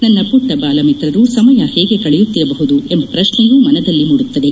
ನನ್ನ ಪುಟ್ಟ ಬಾಲಮಿತ್ರರ ಸಮಯ ಹೇಗೆ ಕಳೆಯುತ್ತಿರಬಹುದು ಎಂಬ ಪ್ರಶ್ನೆಯೂ ಮನದಲ್ಲಿ ಮೂಡುತ್ತದೆ